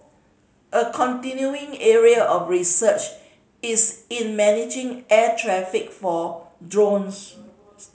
a continuing area of research is in managing air traffic for drones